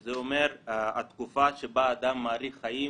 שזה אומר התקופה שבה אדם מאריך חיים